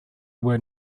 were